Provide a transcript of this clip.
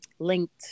linked